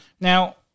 Now